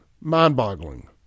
mind-boggling